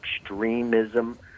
extremism